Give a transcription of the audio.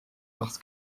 parce